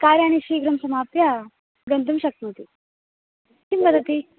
कार्याणि शीघ्रंसमाप्य गन्तुं शक्नोति किं वदति